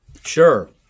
Sure